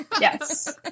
Yes